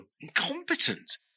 incompetent